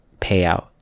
payout